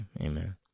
amen